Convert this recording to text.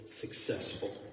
successful